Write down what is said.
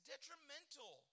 detrimental